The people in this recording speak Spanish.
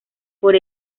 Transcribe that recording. por